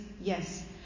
yes